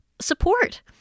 support